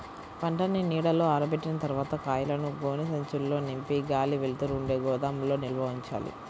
పంటని నీడలో ఆరబెట్టిన తర్వాత కాయలను గోనె సంచుల్లో నింపి గాలి, వెలుతురు ఉండే గోదాముల్లో నిల్వ ఉంచాలి